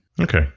Okay